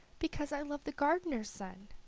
because i love the gardener's son,